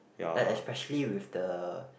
eh especially with the